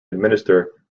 administer